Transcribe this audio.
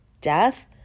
death